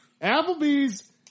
Applebee's